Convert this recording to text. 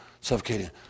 suffocating